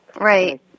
Right